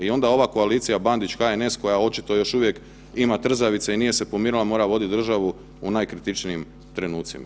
I onda ova koalicija Bandić-HNS koja očito još uvijek ima trzavica i nije se pomirila mora voditi državu u najkritičnijim trenucima.